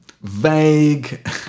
vague